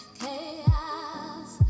chaos